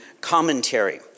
commentary